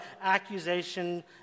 accusation